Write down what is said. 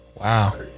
wow